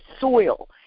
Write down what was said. soil